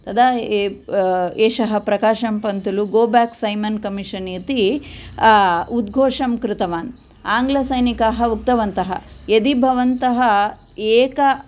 तदा एषः प्रकाशं Pantulu go back Simon commission इति उद्घोषं कृतवान् आङ्ग्लसैनिकाः उक्तवन्तः यदि भवन्तः एक